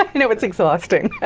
i know, it's exhausting.